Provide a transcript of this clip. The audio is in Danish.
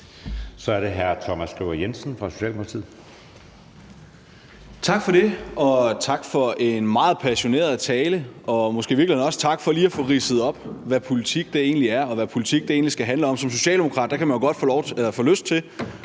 Kl. 11:58 Thomas Skriver Jensen (S): Tak for det, og tak for en meget passioneret tale – og måske i virkeligheden også tak for lige at få ridset op, hvad politik egentlig er, og hvad politik egentlig skal handle om. Som socialdemokrat kan man jo godt få lyst til